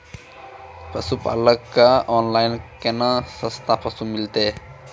पशुपालक कऽ ऑनलाइन केना सस्ता पसु मिलतै?